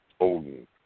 Odin